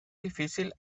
difícil